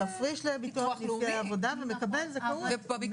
מפריש לביטוח נפגעי עבודה ומקבל זכאות,